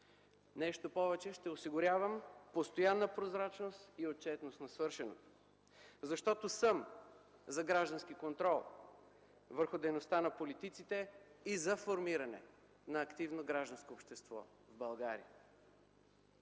Нещо повече, ще осигурявам постоянна прозрачност и отчетност на свършеното. Защото съм за граждански контрол върху дейността на политиците и за формиране на активно гражданско общество в България.